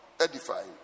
edifying